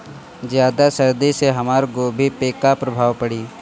ज्यादा सर्दी से हमार गोभी पे का प्रभाव पड़ी?